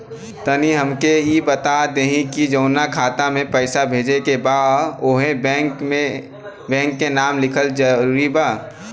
तनि हमके ई बता देही की जऊना खाता मे पैसा भेजे के बा ओहुँ बैंक के नाम लिखल जरूरी बा?